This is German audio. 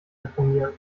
informieren